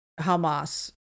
Hamas